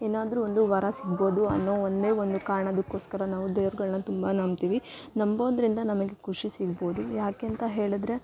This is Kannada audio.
ಏನಾದರೂ ಒಂದು ವರ ಸಿಗ್ಬೌದು ಅನ್ನೋ ಒಂದೇ ಒಂದು ಕಾರ್ಣಕ್ಕೋಸ್ಕರ ನಾವು ದೇವ್ರುಗಳ್ನ ತುಂಬ ನಂಬ್ತೀವಿ ನಂಬೋದರಿಂದ ನಮಗೆ ಖುಷಿ ಸಿಗ್ಬೌದು ಯಾಕೆ ಅಂತ ಹೇಳಿದ್ರೆ